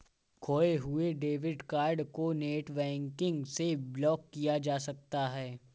खोये हुए debit card को नेटबैंकिंग से ब्लॉक किया जा सकता है